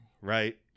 right